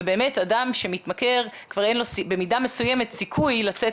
באמת אדם שמתמכר כבר אין לו במידה מסוימת סיכוי לצאת